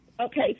Okay